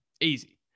Easy